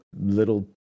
little